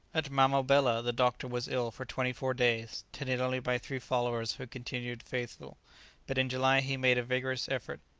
at mamobela the doctor was ill for twenty-four days, tended only by three followers who continued faithful but in july he made a vigorous effort,